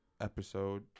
episode